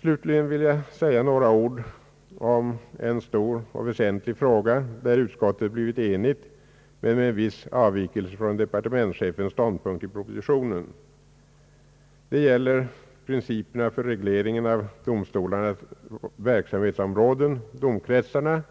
Slutligen vill jag säga några ord om en stor och väsentlig fråga, där utskottet blivit enigt men med viss avvikelse från departementschefens ståndpunkt i propositionen. Det gäller principerna för regleringen av domstolarnas verksamhetsområden, domkretsarna.